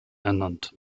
ernannt